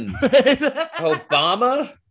Obama